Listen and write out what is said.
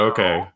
Okay